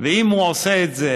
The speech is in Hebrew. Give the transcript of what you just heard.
ואם הוא עושה את זה